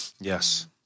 Yes